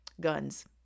Guns